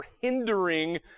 hindering